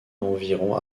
environ